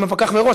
אם הפקח מראש,